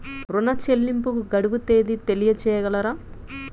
ఋణ చెల్లింపుకు గడువు తేదీ తెలియచేయగలరా?